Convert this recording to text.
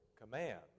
command